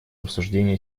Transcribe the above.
обсуждения